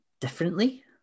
differently